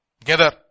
together